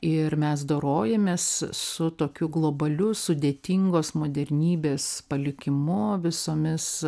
ir mes dorojamės su tokiu globaliu sudėtingos modernybės palikimu visomis